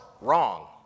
wrong